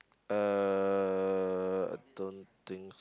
uh don't think